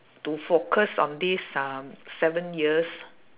to focus on this um seven years